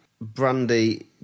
Brandy